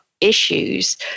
issues